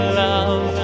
love